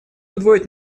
удвоить